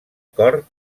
cor